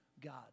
God